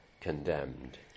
condemned